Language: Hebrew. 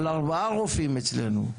על ארבעה רופאים אצלנו,